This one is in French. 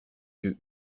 yeux